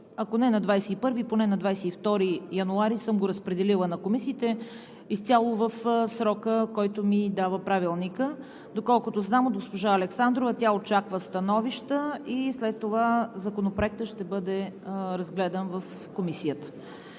ако не на 21-ви, поне на 22 януари, съм го разпределила на комисиите изцяло в срока, който ми дава Правилникът. Доколкото знам от госпожа Александрова, тя очаква становища и след това Законопроектът ще бъде разгледан в Комисията.